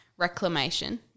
reclamation